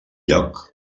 lloc